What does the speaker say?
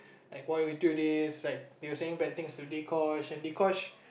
like why you do this like they were saying bad things to Dee-Kosh and Dee-Kosh